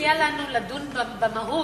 מציע לנו לדון במהות,